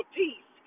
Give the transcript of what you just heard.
peace